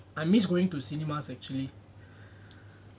I miss going to cinemas actually